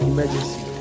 Emergency